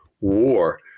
war